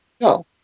No